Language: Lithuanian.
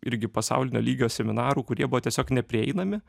irgi pasaulinio lygio seminarų kurie buvo tiesiog neprieinami